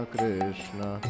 Krishna